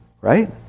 right